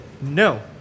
no